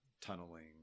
tunneling